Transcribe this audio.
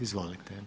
Izvolite.